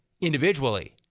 Individually